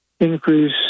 increase